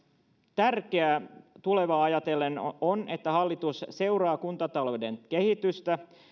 tärkeää tulevaa ajatellen on on että hallitus seuraa kuntatalouden kehitystä